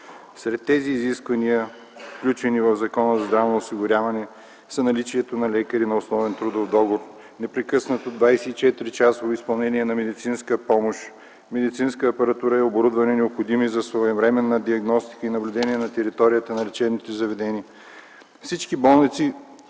Сред тези изисквания, включени в Закона за здравното осигуряване, са наличието на лекари на основен трудов договор, непрекъснато 24-часово изпълнение на медицинска помощ, медицинска апаратура и оборудване, необходими за своевременна диагностика и наблюдение на територията на лечебните заведения, съобразени